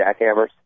Jackhammers